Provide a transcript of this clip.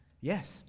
yes